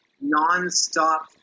non-stop